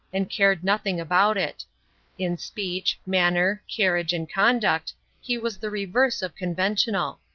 and cared nothing about it in speech, manner, carriage, and conduct he was the reverse of conventional.